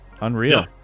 Unreal